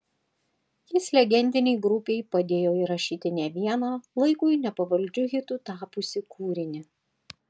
jis legendinei grupei padėjo įrašyti ne vieną laikui nepavaldžiu hitu tapusį kūrinį